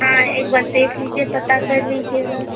हाँ एक बार देख लीजिए पता कर लीजिएगा